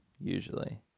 usually